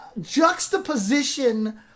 juxtaposition